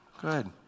Good